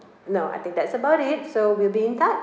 no I think that's about it so we'll be in touch